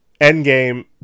Endgame